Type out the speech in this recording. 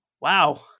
wow